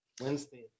Wednesday